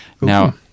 Now